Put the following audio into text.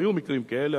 היו מקרים כאלה,